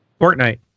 Fortnite